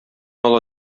ала